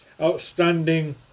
outstanding